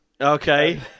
Okay